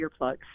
earplugs